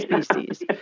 species